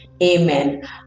amen